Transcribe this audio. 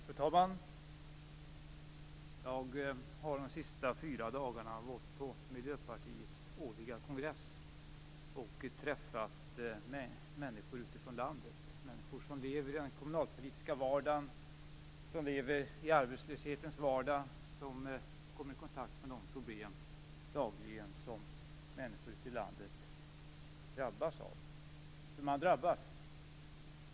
Fru talman! Jag har de senaste fyra dagarna varit på Miljöpartiets årliga kongress och träffat människor utifrån landet, människor som lever i den kommunalpolitiska vardagen. De lever i arbetslöshetens vardag och kommer dagligen i kontakt med de problem som människor ute i landet drabbas av - för de drabbas.